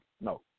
no